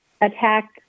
attack